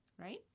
Right